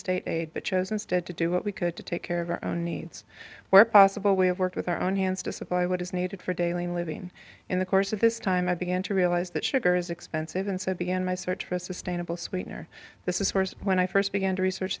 state aid but chose instead to do what we could to take care of our own needs where possible way of work with our own hands to supply what is needed for daily living in the course of this time i began to realize that sugar is expensive and so i began my search for a sustainable sweetener this is worse when i first began to research